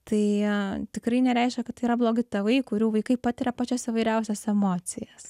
tai tikrai nereiškia kad yra blogi tėvai kurių vaikai patiria pačias įvairiausias emocijas